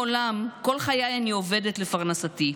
כל חיי אני עובדת לפרנסתי.